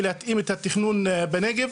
ולהתאים את התכנון בנגב.